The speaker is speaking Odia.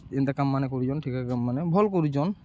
ଏନ୍ତା କାମ୍ ମାନେ କରୁଚନ୍ ଠିକା କାମ୍ ମାନେ ଭଲ୍ କରୁଚନ୍